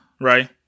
right